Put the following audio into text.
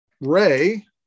ray